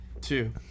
Two